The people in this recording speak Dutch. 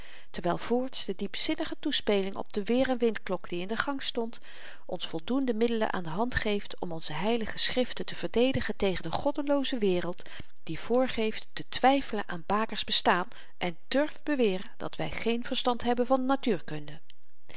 terwyl voorts de diepzinnige toespeling op de weer en windklok die in de gang stond ons voldoende middelen aan de hand geeft om onze heilige schriften te verdedigen tegen de goddelooze wereld die voorgeeft te twyfelen aan baker's bestaan en durft beweren dat wy geen verstand hebben van natuurkunde